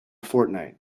fortnight